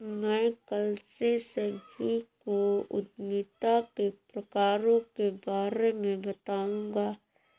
मैं कल से सभी को उद्यमिता के प्रकारों के बारे में बताऊँगा